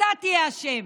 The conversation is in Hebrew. אתה תהיה אשם.